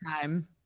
time